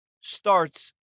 starts